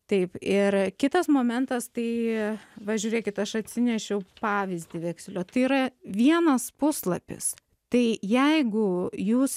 taip ir kitas momentas tai va žiūrėkit aš atsinešiau pavyzdį vekselio tai yra vienas puslapis tai jeigu jūs